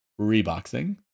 reboxing